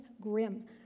grim